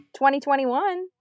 2021